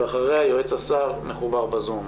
ואחריה יועץ השר מחובר בזום.